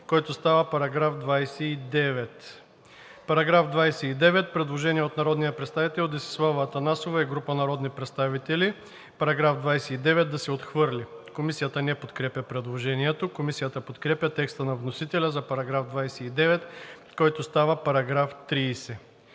който става § 30. По § 30 има предложение от народния представител Десислава Атанасова и група народни представители: „Параграф 30 да се отхвърли.“ Комисията не подкрепя предложението. Комисията подкрепя текста на вносителя за § 30, който става § 31.